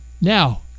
Now